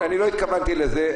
לא התכוונתי לזה,